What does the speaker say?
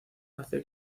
hace